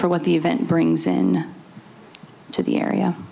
for what the event brings in to the area